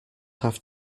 have